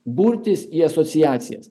burtis į asociacijas